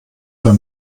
für